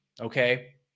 okay